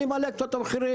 אני מעלה קצת את המחירים".